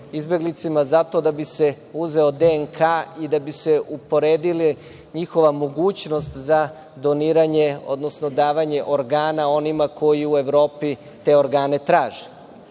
izbeglicama, zato da bi se uzeo DNK-a i da bi se uporedila njihova mogućnost za doniranje, odnosno davanje organa onima koji u Evropi te organe traže.